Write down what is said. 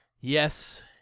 yes